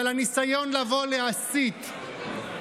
אבל הניסיון לבוא להסית,